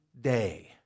day